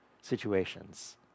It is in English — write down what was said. situations